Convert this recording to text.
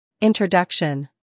Introduction